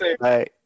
Bye